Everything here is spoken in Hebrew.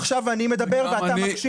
עכשיו אני מדבר ואתה מקשיב.